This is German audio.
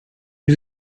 die